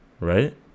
right